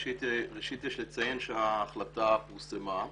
ראשית יש לציין שההחלטה פורסמה,